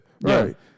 Right